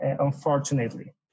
unfortunately